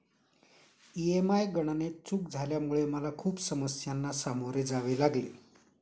EMI गणनेत चूक झाल्यामुळे मला खूप समस्यांना सामोरे जावे लागले